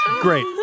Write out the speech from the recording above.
Great